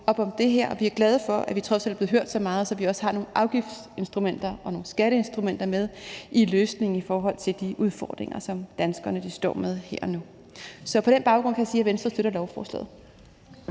Vi er glade for, at vi trods alt er blevet hørt så meget, at vi også har nogle afgiftsinstrumenter og nogle skatteinstrumenter med i løsningen i forhold til de udfordringer, som danskerne står med her og nu. Så på den baggrund kan jeg sige, at Venstre støtter lovforslaget.